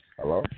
Hello